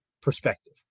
perspective